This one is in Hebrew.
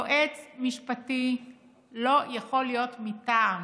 יועץ משפטי לא יכול להיות מטעם.